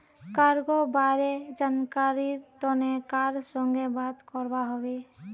cargo बारे जानकरीर तने कार संगे बात करवा हबे